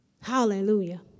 hallelujah